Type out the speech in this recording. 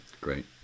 Great